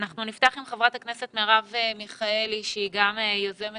אנחנו נפתח עם חברת הכנסת מרב מיכאלי שהיא גם יוזמת